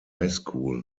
highschool